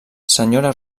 senyora